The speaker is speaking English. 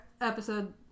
episode